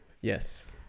Yes